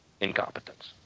incompetence